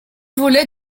volet